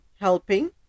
helping